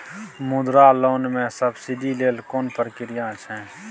मुद्रा लोन म सब्सिडी लेल कोन प्रक्रिया छै?